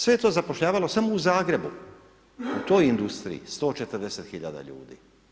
Sve je to zapošljavalo samo u Zagrebu u toj industriji 140 hiljada ljudi.